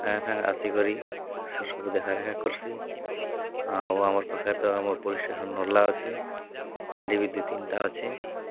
ସାଙ୍ଗେ ସାଙ୍ଗେ ଆସିକରି ସେ ସବୁ ଦେଖା ଦେଖି କରଶି ଆଉ ଆମର ପାଖରେ ତ ଆମ ପୋଲିସ ଷ୍ଟେସନ ନରଲା ଅଛି ଫାଣ୍ଡି ବି ଦି ତିନିଟା ଅଛି